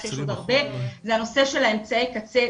זה הנושא של אמצעי קצה,